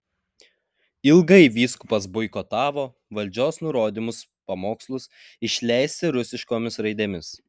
ilgai vyskupas boikotavo valdžios nurodymus pamokslus išleisti rusiškomis raidėmis